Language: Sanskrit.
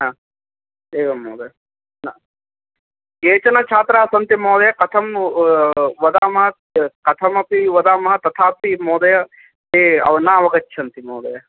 आ एवं महोदय न केचन छात्राः सन्ति महोदय कथं वदामः कथमपि वदामः तथापि महोदय ते न अवगच्छन्ति महोदय